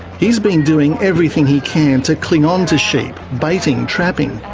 he's been doing everything he can to cling on to sheep baiting, trapping,